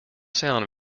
sound